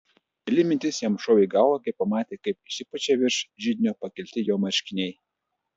geniali mintis jam šovė į galvą kai pamatė kaip išsipučia virš židinio pakelti jo marškiniai